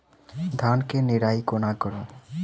धान केँ निराई कोना करु?